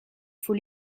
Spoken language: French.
faut